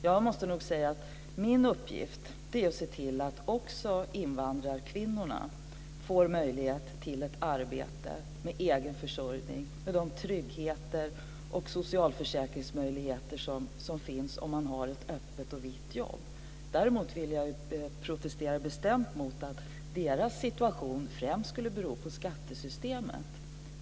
Jag måste nog säga att min uppgift är att se till att också invandrarkvinnorna får möjlighet till ett arbete med egen försörjning, med de tryggheter och socialförsäkringsmöjligheter som finns om man har ett öppet och "vitt" jobb. Däremot vill jag protestera bestämt mot att deras situation främst skulle bero på skattesystemet.